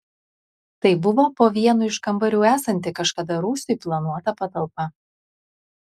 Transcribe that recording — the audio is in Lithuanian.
tai buvo po vienu iš kambarių esanti kažkada rūsiui planuota patalpa